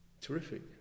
Terrific